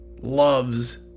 loves